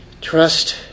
Trust